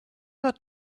not